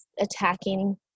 attacking